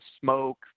smoke